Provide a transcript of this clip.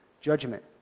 Judgment